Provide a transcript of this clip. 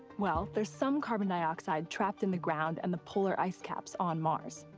well, there's some carbon dioxide trapped in the ground and the polar ice caps on mars.